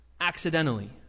accidentally